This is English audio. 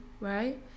right